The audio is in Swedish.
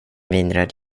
vinröd